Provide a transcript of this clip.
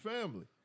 family